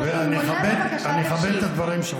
כשאתה תנאם אני אשיב לך ואני אכבד את הדברים שלך.